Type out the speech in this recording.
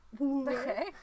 okay